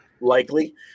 likely